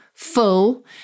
full